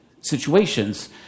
situations